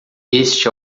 este